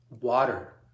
water